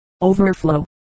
overflow